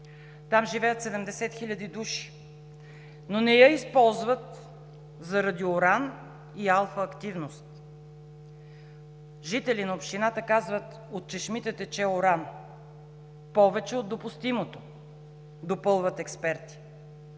Там живеят 70 хиляди души, но не я използват заради уран и алфа-активност. Жители на общината казват – от чешмите тече уран. Повече от допустимото – допълват експерти.